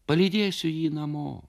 palydėsiu jį namo